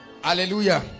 hallelujah